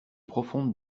profondes